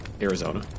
Arizona